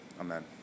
Amen